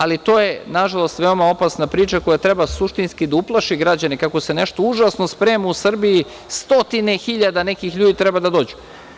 Ali, to je, nažalost, veoma opasna priča koja treba suštinski da uplaši građane kako se nešto užasno sprema u Srbiji, stotine hiljada nekih ljudi treba da dođe.